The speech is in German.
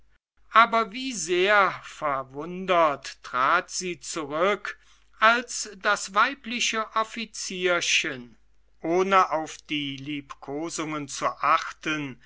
aber wie sehr verwundert trat sie zurück als das weibliche offizierchen ohne auf die liebkosungen zu achten